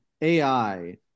AI